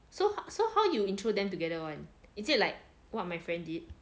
so so how you intro them together one is it like what my friend did